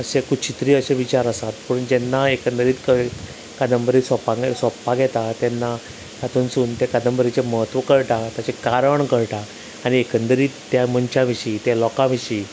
अशें कुचित्री अशें विचार आसात पूण जें ना एकंदरीत कळ्ळी कादंबरी सोंपपाक सोंपपाक येता तेन्ना तातूंनसून त्या कादंबरीचे म्हत्व कळटा ताचें कारण कळटा आनी एकंदरीत त्या मनश्या विशीं त्या लोका विशीं